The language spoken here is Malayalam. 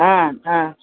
ആ ആ